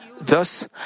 Thus